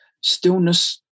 stillness